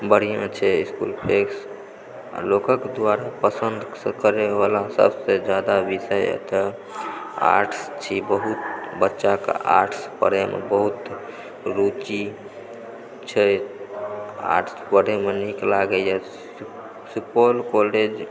बाड़ीमे छै इसकुल छै आ लोकके दुआरे पसन्द करए वला डाक्टर जादा जे छै एतए आर्ट्स छी बहुत बच्चा कऽ आर्ट्स पढ़ैमे बहुत रुचि छै आर्ट पढ़ैमे नीक लागैए सुपौल कॉलेज